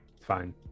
fine